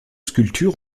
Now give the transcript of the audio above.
sculptures